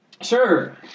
sure